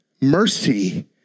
Mercy